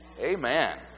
Amen